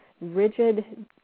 rigid